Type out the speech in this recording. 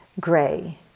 gray